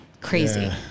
crazy